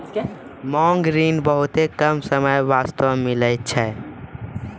मांग ऋण बहुते कम समय बास्ते मिलै छै